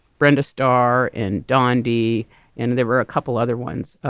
brenda starr and dondi and there were a couple other ones.